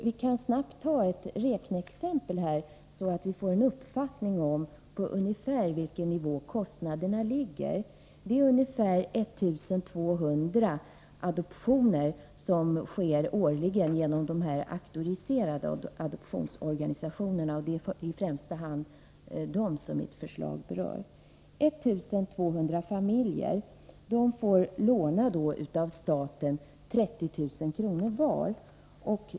Vi kan snabbt göra ett räkneexempel, så att vi får en uppfattning om vilken ungefärlig nivå kostnaderna ligger på. Det sker årligen ca 1 200 adoptioner genom de auktoriserade adoptionsorganisationerna — och det är i fträmsta hand dem mitt förslag berör. 1 200 familjer skulle, enligt förslaget, av staten få låna 30 000 kr. var.